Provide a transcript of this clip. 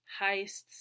heists